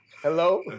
Hello